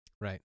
Right